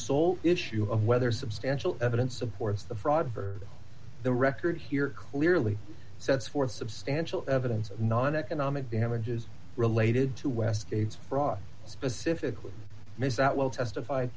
sole issue of whether substantial evidence supports the fraud for the record here clearly sets forth substantial evidence noneconomic damages related to west gates fraud specifically miss out well testified